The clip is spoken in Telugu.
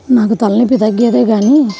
నాకు తలనొప్పి తగ్గేదే కానీ